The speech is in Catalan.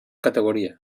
categoria